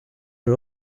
are